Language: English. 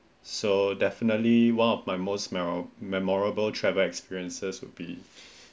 so definitely one of my memo~ memorable travel experiences would be